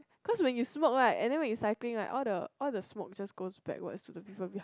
cause when you smoke right and then we cycling right all the all the smoke just go backward to the people behind